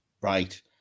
right